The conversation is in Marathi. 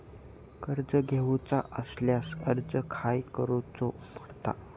कर्ज घेऊचा असल्यास अर्ज खाय करूचो पडता?